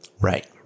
Right